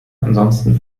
ansonsten